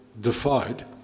defied